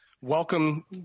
welcome